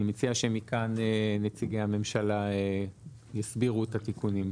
מציע שמכאן נציגי הממשלה יסבירו את התיקונים.